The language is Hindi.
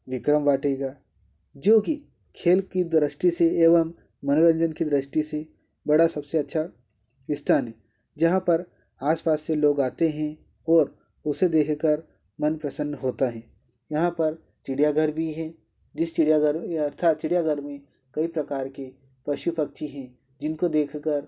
विक्रम वाटिका जो कि खेल की दृष्टि से एवं मनोरंजन की दृष्टि से बड़ा सबसे अच्छा स्थान है जहाँ पर आसपास से लोग आते हैं ओर उसे देख कर मन प्रसन्न होता है यहाँ पर चिड़ियाघर भी है जिस चिड़ियाघर मैं गया था चिड़ियाघर में कई प्रकार के पशु पक्षी हैं जिनको देखकर